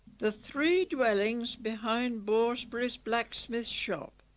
the three dwellings behind borsberry's blacksmith's shop